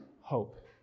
hope